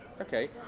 Okay